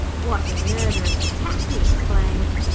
what a murderous attack he exclaimed.